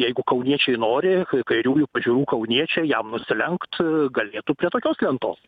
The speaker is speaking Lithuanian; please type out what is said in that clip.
jeigu kauniečiai nori kairiųjų pažiūrų kauniečiai jam nusilenkt galėtų prie tokios lentos